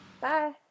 Bye